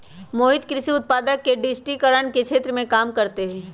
मोहित कृषि उत्पादक के डिजिटिकरण के क्षेत्र में काम करते हई